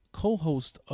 co-host